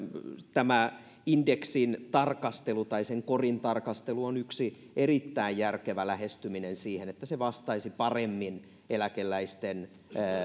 tämä indeksin tarkastelu tai sen korin tarkastelu on yksi erittäin järkevä lähestyminen siihen että se vastaisi paremmin eläkeläisten